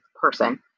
person